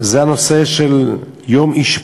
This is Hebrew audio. זה הנושא של האשפוז,